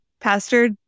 pastor